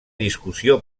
discussió